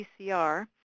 PCR